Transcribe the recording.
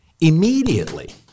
immediately